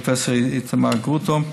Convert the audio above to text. פרופ' איתמר גרוטו,